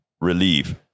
relief